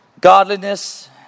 Godliness